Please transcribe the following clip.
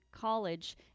College